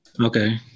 Okay